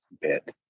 bit